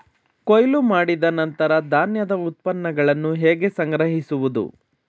ಕೊಯ್ಲು ಮಾಡಿದ ನಂತರ ಧಾನ್ಯದ ಉತ್ಪನ್ನಗಳನ್ನು ಹೇಗೆ ಸಂಗ್ರಹಿಸುವುದು?